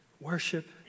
worship